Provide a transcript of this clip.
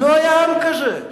לא היה עם כזה.